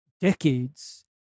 decades